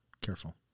careful